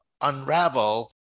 unravel